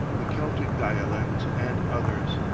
the celtic dialects, and others.